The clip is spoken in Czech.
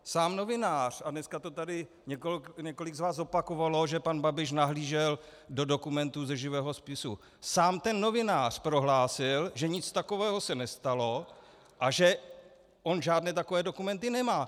Sám novinář a dneska to tady několik z vás opakovalo, že pan Babiš nahlížel do dokumentů ze živého spisu sám ten novinář prohlásil, že nic takového se nestalo a že on žádné takové dokumenty nemá.